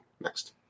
Next